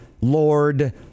lord